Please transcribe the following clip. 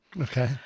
Okay